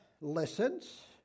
listens